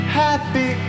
happy